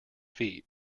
feet